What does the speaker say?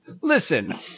Listen